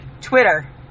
twitter